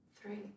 three